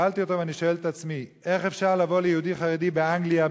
שאלתי אותו ואני שואל את עצמי: איך אפשר לבוא ליהודי חרדי באנגליה,